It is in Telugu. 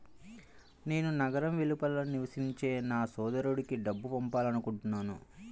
నేను నగరం వెలుపల నివసించే నా సోదరుడికి డబ్బు పంపాలనుకుంటున్నాను